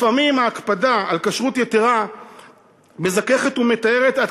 לפעמים ההקפדה על כשרות יתרה מזככת ומטהרת עד